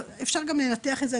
אפשר גם לנתח את זה,